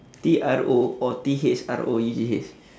T R O or T H R O U G H